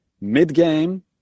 mid-game